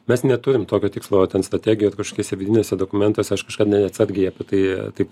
mes neturim tokio tikslo ar ten strategijoj ar kažkiuose vidiniuose dokumentuose aš kažką neatsargiai apie tai taip